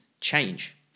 change